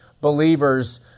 believers